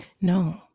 No